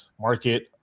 market